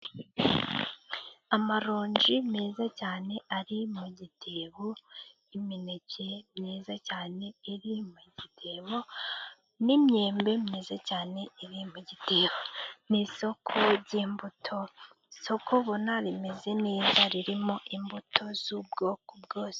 Amaronji meza cyane ari mu gitebo, imineke myiza cyane iri mu gitebo n'imyembe myiza cyane iri mu gitebo. Ni isoko jy'imbuto , isoko ubona rimeze neza ririmo imbuto z'ubwoko bwose.